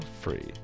free